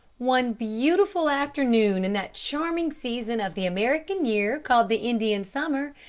one beautiful afternoon, in that charming season of the american year called the indian summer,